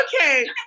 Okay